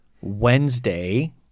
Wednesday